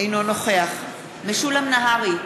אינו נוכח משולם נהרי,